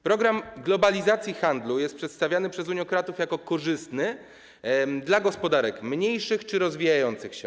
Program globalizacji handlu jest przedstawiany przez uniokratów jako korzystny dla gospodarek mniejszych czy rozwijających się.